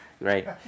right